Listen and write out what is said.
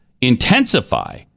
intensify